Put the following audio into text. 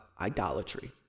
idolatry